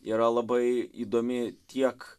yra labai įdomi tiek